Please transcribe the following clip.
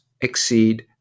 exceed